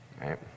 Right